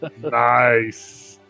Nice